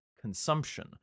consumption